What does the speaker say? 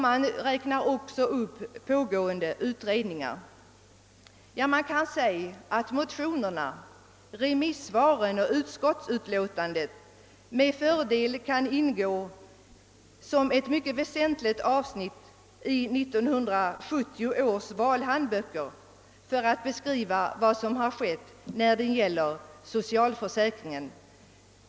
Man räknar också upp pågående utredningar. Motionerna, remissvaren och utskottsutlåtandet kan med fördel ingå som ett mycket väsentligt avsnitt i 1970 års valhandböcker för att beskriva vad som har skett när det gäller socialförsäkringen.